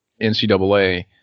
NCAA